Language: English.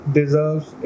deserves